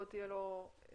לא תהיה לו --- לא.